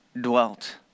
dwelt